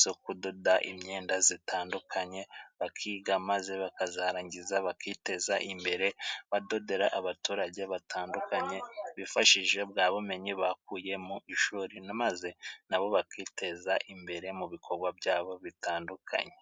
zo kudoda imyenda zitandukanye， bakiga， maze bakazarangiza bakiteza imbere，badodera abaturage batandukanye， bifashishije bwa bumenyi bakuye mu ishuri， maze nabo bakiteza imbere mu bikorwa byabo bitandukanye.